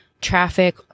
Traffic